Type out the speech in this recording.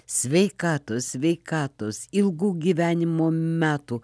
sveikatos sveikatos ilgų gyvenimo metų